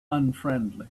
unfriendly